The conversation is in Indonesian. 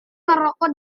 merokok